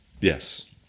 Yes